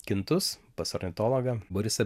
kintus pas ornitologą borisą